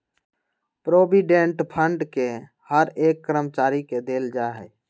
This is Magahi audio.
प्रोविडेंट फंड के हर एक कर्मचारी के देल जा हई